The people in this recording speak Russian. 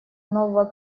нового